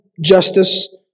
justice